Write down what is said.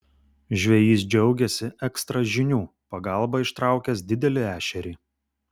žvejys džiaugėsi ekstra žinių pagalba ištraukęs didelį ešerį